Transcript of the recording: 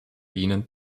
ihnen